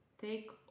take